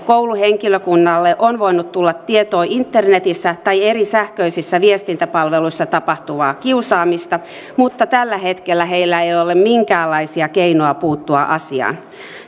koulun henkilökunnalle on voinut tulla tietoa internetissä tai eri sähköisissä viestintäpalveluissa tapahtuvasta kiusaamista mutta tällä hetkellä heillä ei ole ole minkäänlaisia keinoja puuttua asiaan